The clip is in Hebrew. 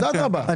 אז אדרבא.